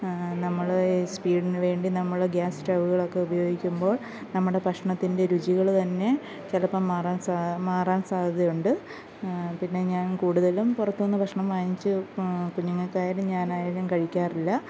നമ്മൾ സ്പീഡിന് വേണ്ടി നമ്മൾ ഗ്യാസ് സ്റ്റൗവ്വുകളൊക്കെ ഉപയോഗിക്കുമ്പോള് നമ്മുടെ ഭക്ഷണത്തിന്റെ രുചികൾ തന്നെ ചിലപ്പം മാറാന് മാറാന് സാധ്യതയുണ്ട് പിന്നെ ഞാന് കൂടുതലും പുറത്തുനിന്ന് ഭക്ഷണം വാങ്ങിച്ച് കുഞ്ഞുങ്ങൾക്കായാലും ഞാനായാലും കഴിക്കാറില്ല